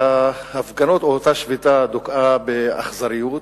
אותה שביתה דוכאה באכזריות.